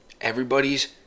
everybody's